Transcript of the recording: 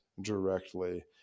directly